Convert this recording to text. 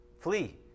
Flee